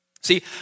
See